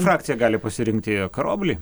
frakcija gali pasirinkti karoblį